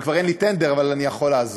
כבר אין לי טנדר, אבל אני יכול לעזור.